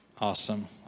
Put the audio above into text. Awesome